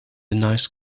nice